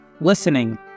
Listening